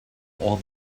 all